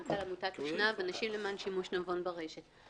מנכ"ל עמותת אשנב, אנשים למען שימוש נבון ברשת.